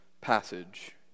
passage